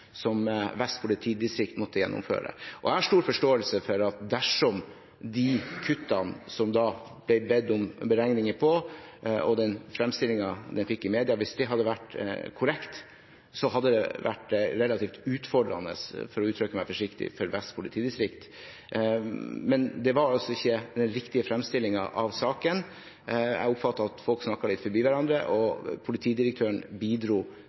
som Vest politidistrikt måtte gjennomføre. Jeg har stor forståelse for at dersom de kuttene som det ble bedt om beregninger på, og den framstillingen det fikk i media, hadde vært korrekt, så hadde det vært relativt utfordrende – for å uttrykke meg forsiktig – for Vest politidistrikt. Det var altså ikke den riktige framstillingen av saken. Jeg oppfatter at folk snakket litt forbi hverandre, og politidirektøren bidro